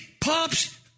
pops